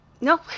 No